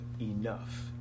enough